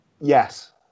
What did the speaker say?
Yes